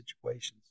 situations